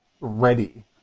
ready